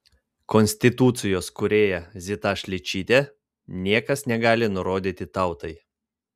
konstitucijos kūrėja zita šličytė niekas negali nurodyti tautai